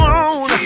on